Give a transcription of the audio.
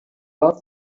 love